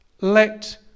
Let